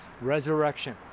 resurrection